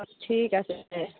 অঁ ঠিক আছে দে